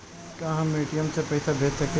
का हम ए.टी.एम से पइसा भेज सकी ले?